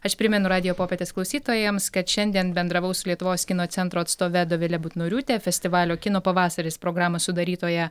aš primenu radijo popietės klausytojams kad šiandien bendravau su lietuvos kino centro atstove dovile butnoriūte festivalio kino pavasaris programos sudarytoja